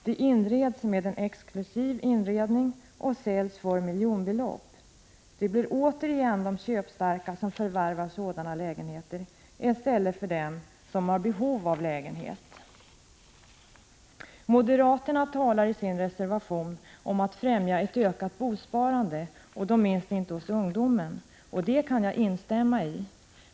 De förses med en exklusiv inredning och säljs för miljonbelopp. Det blir återigen de köpstarka som vinner. De förvärvar sådana lägenheter i stället för dem som har behov av en lägenhet. Moderaterna talar i sin reservation om att främja ett ökat bosparande, och då inte minst hos ungdomen. Det kan jag instämma i.